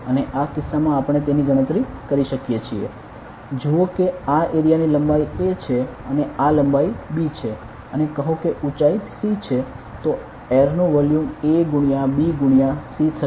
અને આ કિસ્સામાં આપણે તેની ગણતરી કરી શકીએ છીએ જુઓ કે આ એરિયાની લંબાઈ a છે અને આ લંબાઈ b છે અને કહો કે ઊચાઈ c છે તો એર નું વોલ્યુમ a ગુણ્યા b ગુણ્યા c થશે